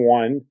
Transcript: one